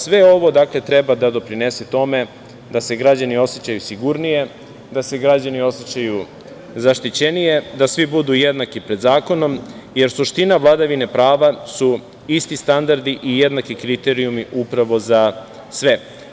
Sve ovo treba da doprinese tome da se građani osećaju sigurnije, da se građani osećaju zaštićenije, da svi budu jednaki pred zakonom, jer suština vladavine prava su isti standardi i jednaki kriterijumi upravo za sve.